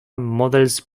models